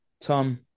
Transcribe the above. Tom